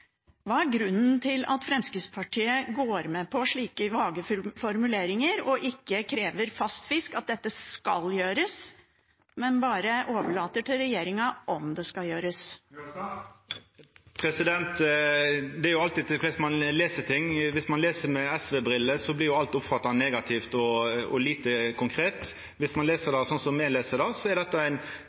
Hva er grunnen til at Fremskrittspartiet går med på slike vage formuleringer og ikke krever fast fisk, at dette skal gjøres, men bare overlater til regjeringen om det skal gjøres? Det er alltid slik når ein les ting, at viss ein les med SV-briller, blir alt oppfatta negativt og lite konkret. Viss ein les det slik som me les det, er